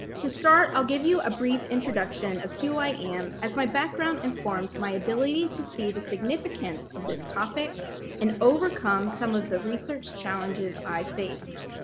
to start, i'll give you a brief introduction of who i am, as my background informed my ability to see the significance of this topic and overcome some of the research challenges i faced.